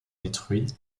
détruit